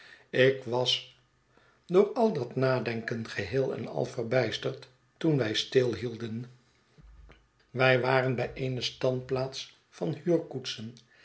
ik was door al dat nadenken geheel en al verbijsterd toen wij stilhielden wij waren bij eene standplaats van